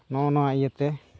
ᱱᱚᱜᱼᱚᱸᱭ ᱱᱚᱣᱟ ᱤᱭᱟᱹᱛᱮ